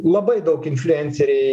labai daug infliuenceriai